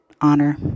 Honor